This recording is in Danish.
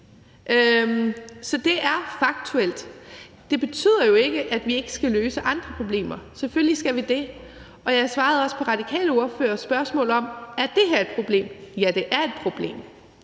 Så det er faktuelt. Det betyder jo ikke, at vi ikke skal løse andre problemer, selvfølgelig skal vi det. Og jeg svarede også på Radikales ordførers spørgsmål om, om det her er et problem: Ja, det er et problem.